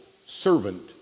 servant